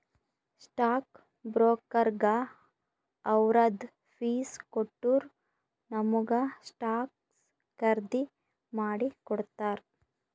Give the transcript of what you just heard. stock ಬ್ರೋಕರ್ಗ ಅವ್ರದ್ fees ಕೊಟ್ಟೂರ್ ನಮುಗ ಸ್ಟಾಕ್ಸ್ ಖರ್ದಿ ಮಾಡಿ ಕೊಡ್ತಾರ್